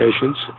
patients